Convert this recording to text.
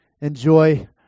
enjoy